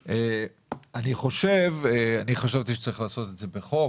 ואני עדיין חושב שצריך לעשות את זה בחוק,